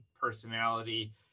personality